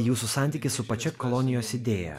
jūsų santykis su pačia kolonijos idėja